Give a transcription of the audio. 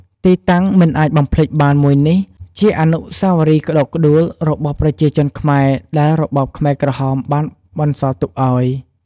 ទីតាំងមិនអាចបំភ្លេចបានមួយនេះ ជាអនុស្សវរីយ៍ក្តុកក្ដួល របស់ប្រជាជនខ្មែរដែលរបបខ្មែរក្រហមបានបន្សល់ទុកឱ្យ។